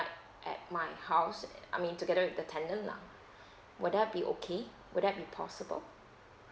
at my house I mean together with the tenant lah will that be okay will that be possible